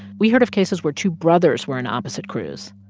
we heard of cases where two brothers were in opposite crews